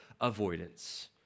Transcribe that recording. avoidance